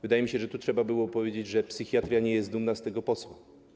Wydaje mi się, że tu trzeba byłoby powiedzieć, że psychiatria nie jest dumna z tego posła.